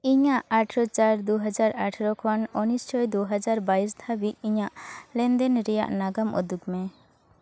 ᱤᱧᱟᱹᱜ ᱟᱴᱷᱨᱚ ᱪᱟᱨ ᱫᱩᱦᱟᱡᱟᱨ ᱠᱷᱚᱱ ᱩᱱᱤᱥ ᱪᱷᱚᱭ ᱫᱩᱦᱟᱡᱟᱨ ᱵᱟᱭᱤᱥ ᱫᱷᱟᱵᱤᱡ ᱤᱧᱟᱹᱜ ᱞᱮᱱᱫᱮᱱ ᱨᱮᱭᱟᱜ ᱱᱟᱜᱟᱢ ᱩᱫᱩᱜᱽ ᱢᱮ